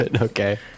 Okay